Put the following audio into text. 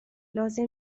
لازم